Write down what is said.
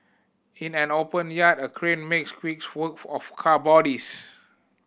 in an open yard a crane makes quick work of car bodies